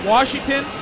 Washington